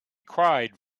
cried